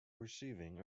receiving